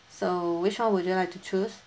so which [one] would you like to choose